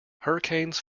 hurricanes